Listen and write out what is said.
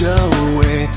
away